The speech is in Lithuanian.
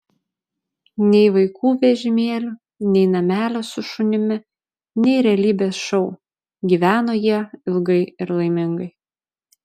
nei vaikų vežimėlių nei namelio su šunimi nei realybės šou gyveno jie ilgai ir laimingai